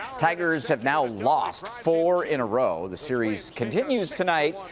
tigers have now lost four in a row. the series continues tonight.